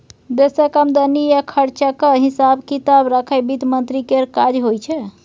देशक आमदनी आ खरचाक हिसाब किताब राखब बित्त मंत्री केर काज होइ छै